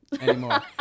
anymore